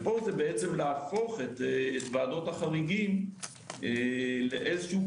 פה זה להפוך את ועדות החריגים לכלי.